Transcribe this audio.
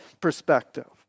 perspective